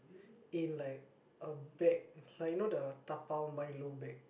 in like a bag like you know the dabao Milo bag